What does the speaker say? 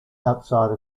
outside